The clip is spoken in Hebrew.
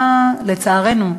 לצערנו,